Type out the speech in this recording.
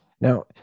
Now